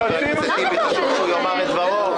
חבר הכנסת טיבי, חשוב שתאמר את דברך.